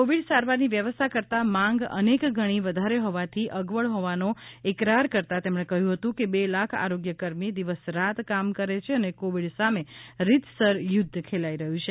Covid સારવારની વ્યવસ્થા કરતાં માંગ અનેક ગણી વધારે હોવાથી અગવડ હોવાનો એકરાર કરતાં તેમણે કહ્યું હતું કે બે લાખ આરોગ્ય કર્મી દીવસ રાત કામ કરે છે અને કોવિડ સામે રીતસર યુધ્ધ ખેલાઈ રહ્યું છે